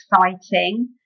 exciting